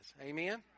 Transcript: Amen